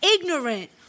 ignorant